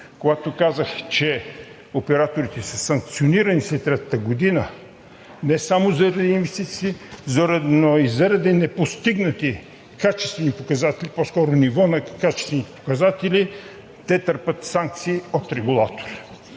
Когато казах, че операторите са санкционирани след трета година не само заради инвестиции, но и заради непостигнати качествени показатели – по-скоро нивото на качествените показатели, те търпят санкции от регулатора.